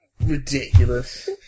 Ridiculous